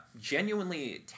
genuinely